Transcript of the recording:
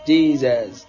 Jesus